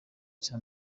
cya